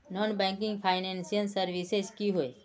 Non banking financial services की होय?